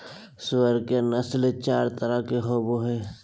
सूअर के नस्ल चार तरह के होवो हइ